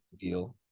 deal